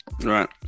Right